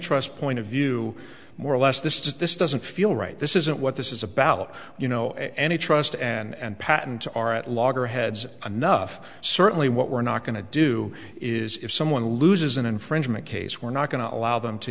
trust point of view more or less this does this doesn't feel right this isn't what this is about you know any trust and patents are at loggerheads anough certainly what we're not going to do is if someone loses an infringement case we're not going to allow them to